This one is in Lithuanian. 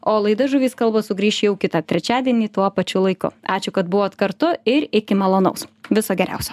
o laida žuvys kalba sugrįš jau kitą trečiadienį tuo pačiu laiku ačiū kad buvot kartu ir iki malonaus viso geriausio